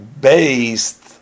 based